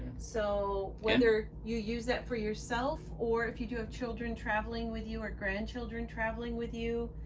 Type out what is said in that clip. so whether you use that for yourself or if you do have children traveling with you or grandchildren traveling with you,